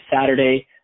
Saturday